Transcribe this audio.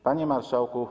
Panie Marszałku!